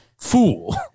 fool